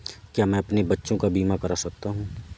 क्या मैं अपने बच्चों का बीमा करा सकता हूँ?